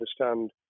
understand